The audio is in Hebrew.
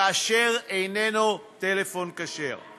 אשר איננו טלפון כשר.